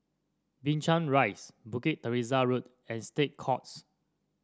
Binchang Rise Bukit Teresa Road and State Courts